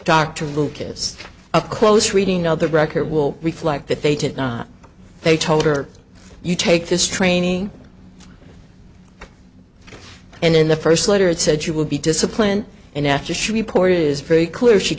a close reading of the record will reflect that they did not they told her you take this training and in the first letter it said you will be disciplined and after she reported it is very clear she